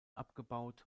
abgebaut